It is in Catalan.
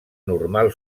normal